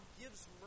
gives